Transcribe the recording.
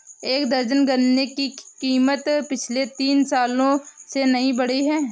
एक दर्जन गन्ने की कीमत पिछले तीन सालों से नही बढ़ी है